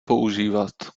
používat